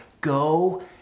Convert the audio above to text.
Go